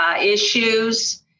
issues